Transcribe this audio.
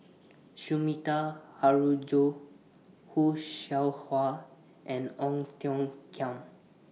Sumida Haruzo Khoo Seow Hwa and Ong Tiong Khiam